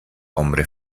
hombre